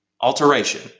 alteration